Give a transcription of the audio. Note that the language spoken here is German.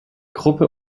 gruppe